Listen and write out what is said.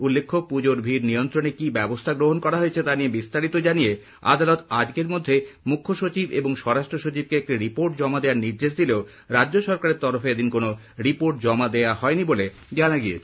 উল্লেখ্য পুজোয় ভিড় নিয়ন্ত্রণে কি ব্যবস্থা গ্রহণ করা হয়েছে তা নিয়ে বিস্তারিত জানিয়ে আদালত আজকের মধ্যে মুখ্য সচিব এবং স্বরাষ্ট্র সচিবকে একটি রিপোর্ট জমা দেওয়ার নির্দেশ দিলেও রাজ্য সরকারের তরফে এদিন কোন রিপোর্ট জমা দেওয়া হয়নি বলে জানা গিয়েছে